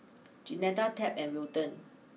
Jeanetta Tab and Wilton